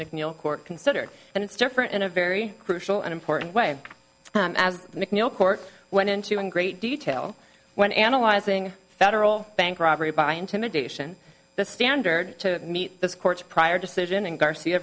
mcneil court considered and it's different in a very crucial and important way as mcneil court went into in great detail when analyzing federal bank robbery by intimidation the standard to meet this court's prior decision and garcia